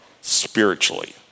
spiritually